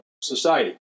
society